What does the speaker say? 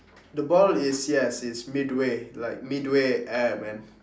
the ball is yes it's midway like midway air man